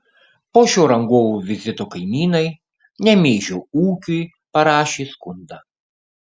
po šio rangovų vizito kaimynai nemėžio ūkiui parašė skundą